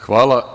Hvala.